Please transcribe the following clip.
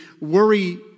worry